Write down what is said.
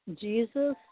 Jesus